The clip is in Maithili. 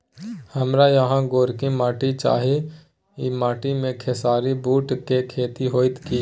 हमारा यहाँ गोरकी माटी छै ई माटी में खेसारी, बूट के खेती हौते की?